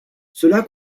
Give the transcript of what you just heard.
cela